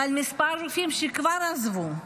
כמה רופאים שכבר עזבו,